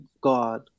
God